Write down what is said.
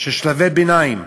של שלבי ביניים.